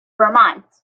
vermont